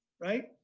right